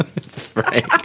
frank